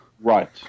Right